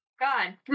God